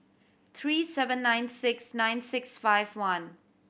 three seven nine six nine six five one